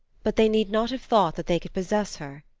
but they need not have thought that they could possess her,